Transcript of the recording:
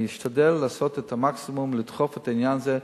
אני אשתדל לעשות את המקסימום לדחוף את העניין הזה,